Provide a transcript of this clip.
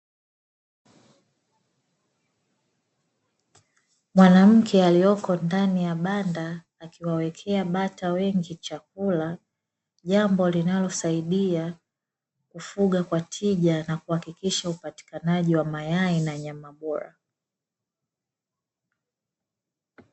Mwanamke aliyoko ndani ya banda, akiwawekea bata wengi chakula, jambo linalosaidia kufuga kwa tija, na kuhakikisha upatikanaji wa mayai na nyama bora.